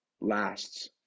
lasts